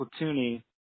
platoony